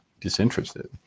disinterested